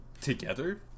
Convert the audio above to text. together